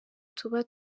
tuba